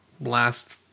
last